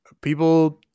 people